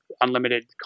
unlimited